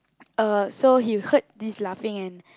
uh so he heard this laughing and